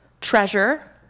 treasure